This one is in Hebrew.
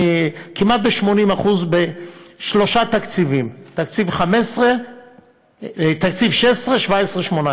כמעט ב-80% בשלושה תקציבים: תקציב 16 17 18